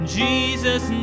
jesus